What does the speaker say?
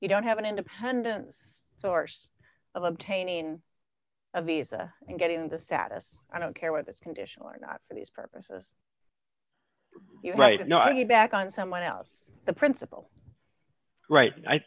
you don't have an independent source of obtaining a visa and getting the status i don't care what the condition or not for these purposes you know right no i mean back on someone else the principal right i